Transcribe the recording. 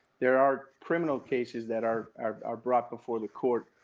there are criminal cases that are are brought before the court.